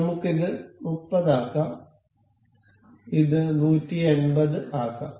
നമുക്ക് ഇത് 30 ആക്കാം ഇത് 180 ആക്കാം